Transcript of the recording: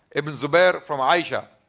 ibn zubayr from aisha